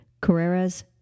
Carreras